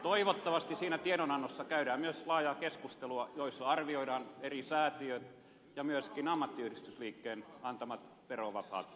toivottavasti siinä tiedonannossa käydään myös laajaa keskustelua jossa arvioidaan eri säätiöiden ja myöskin ammattiyhdistysliikkeen antamat verovapaat rahat